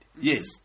Yes